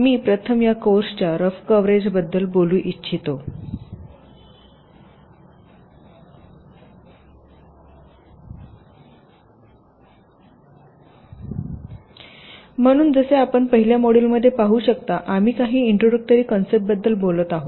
मी प्रथम या कोर्सच्या रफ कव्हरेजबद्दल बोलू इच्छितो म्हणून जसे आपण पहिल्या मॉड्यूलमध्ये पाहू शकता आम्ही काही इंट्रोडक्टरी कॉन्सेप्टबद्दल बोलत आहोत